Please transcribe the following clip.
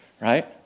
Right